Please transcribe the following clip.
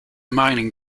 mining